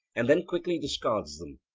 and then quickly discards them.